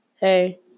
hey